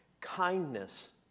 Kindness